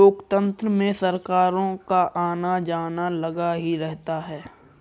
लोकतंत्र में सरकारों का आना जाना लगा ही रहता है